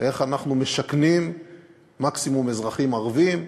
איך אנחנו משכנים מקסימום אזרחים ערבים,